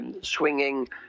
swinging